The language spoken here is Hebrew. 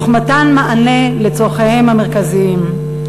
תוך מתן מענה לצורכיהם המרכזיים.